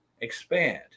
expand